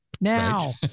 Now